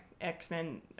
X-Men